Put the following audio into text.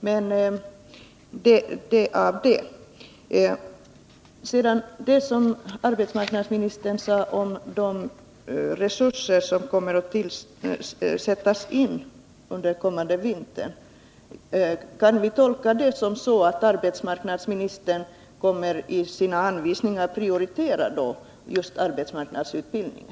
Kan vi tolka det som arbetsmarknadsministern sade om de resurser som kommer att sättas in under den kommande vintern så, att arbetsmarknadsministern i sina anvisningar kommer att prioritera just arbetsmarknadsutbildningen?